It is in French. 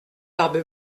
barbe